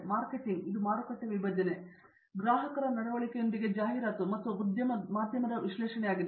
marketing ಇದು ಮಾರುಕಟ್ಟೆ ವಿಭಜನೆ ಗ್ರಾಹಕರ ನಡವಳಿಕೆಯೊಂದಿಗೆ ಜಾಹೀರಾತು ಮತ್ತು ಮಾಧ್ಯಮದ ವಿಶ್ಲೇಷಣೆಯಾಗಿದೆ